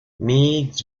meigs